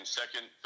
second